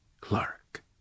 Clark